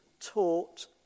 taught